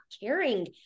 caring